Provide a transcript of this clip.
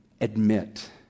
Admit